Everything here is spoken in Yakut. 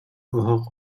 оһох